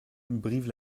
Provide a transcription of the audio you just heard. brive